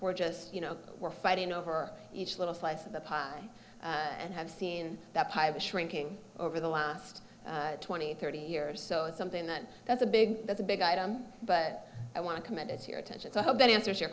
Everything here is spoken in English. we're just you know we're fighting over each little slice of the pie and have seen that shrinking over the last twenty thirty years so it's something that that's a big that's a big item but i want to commend it to your attention so i hope that answers your